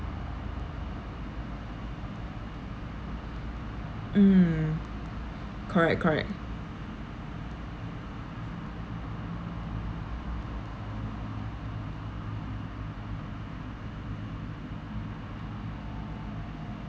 mm correct correct